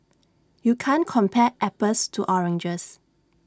you can't compare apples to oranges